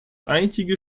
einzige